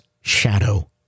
shadow